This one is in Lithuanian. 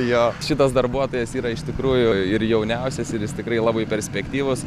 jo šitas darbuotojas yra iš tikrųjų ir jauniausias ir jis tikrai labai perspektyvus